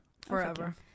forever